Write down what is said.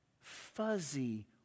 fuzzy